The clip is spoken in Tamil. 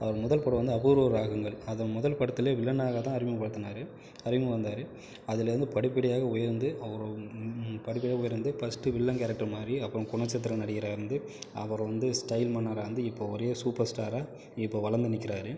அவர் முதல் படம் வந்து அபூர்வ ராகங்கள் அந்த முதல் படத்துலேயே வில்லனாக தான் அறிமுகப்படுத்துனார் அறிமுகம் வந்தார் அதுலேருந்து படிப்படியாக உயர்ந்து அவர் படிப்படியாக உயர்ந்து ஃபஸ்ட்டு வில்லன் கேரெக்டர் மாதிரி அப்புறம் குணச்சித்திர நடிகராக இருந்து அப்புறம் வந்து ஸ்டைல் மன்னராக இருந்து இப்போது வரையும் சூப்பர் ஸ்டாராக இப்போது வளர்ந்து நிற்கிறாரு